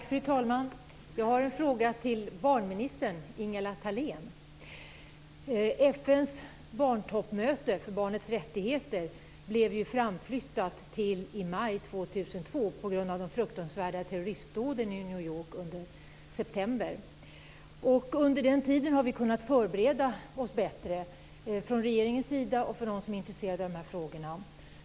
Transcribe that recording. Fru talman! Jag har en fråga till barnminister Ingela Thalén. FN:s barntoppmöte för barnets rättigheter blev ju framflyttat till maj år 2002 på grund av de fruktansvärda terroristdåden i New York i september. Under tiden har vi kunnat förbereda oss bättre både från regeringens sida och från dem som är intresserade av de här frågorna.